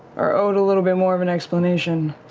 are owed a little bit more of an explanation,